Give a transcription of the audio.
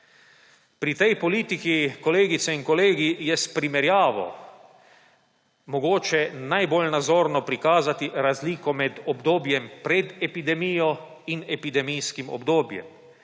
Pri tej politiki, kolegice in kolegi, je s primerjavo mogoče najbolj nazorno prikazati razliko med obdobjem pred epidemijo in epidemijskim obdobjem.